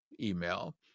email